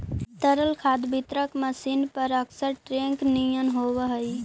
तरल खाद वितरक मशीन पअकसर टेंकर निअन होवऽ हई